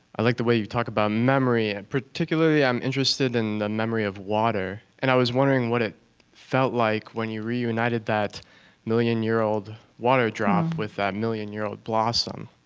i like the way you talk about memory. and particularly i'm interested in the memory of water. and i was wondering what it felt like when you reunited that million-year-old water drop with that million-year-old blossom